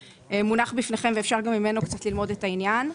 שמונח בפניכם ואפשר גם ממנו ללמוד קצת על העניין.